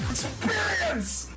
Experience